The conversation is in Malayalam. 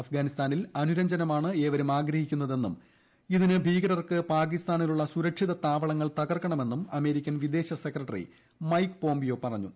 അഫ്ഗാനിസ്ഥാനിൽ അനുരഞ്ജനമാണ് ഏവരും ആഗ്രഹിക്കുന്നതെന്നും ഇതിന് ഭീകരർക്ക് പാകിസ്ഥാനിലുള്ള സുരക്ഷിത താവളങ്ങൾ തകർക്കണമെന്നും അമേരിക്കൻ വിദേശകാര്യ സെക്രട്ടറി മൈക് പോംപിയോ പറഞ്ഞു